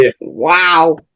wow